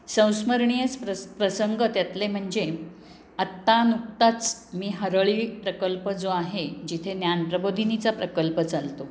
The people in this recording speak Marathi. संस्मरणीय स्प्रस प्रसंग त्यातले म्हणजे आता नुकताच मी हरळी प्रकल्प जो आहे जिथे ज्ञानप्रबोधिनीचा प्रकल्प चालतो